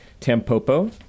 Tampopo